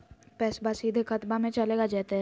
पैसाबा सीधे खतबा मे चलेगा जयते?